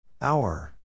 Hour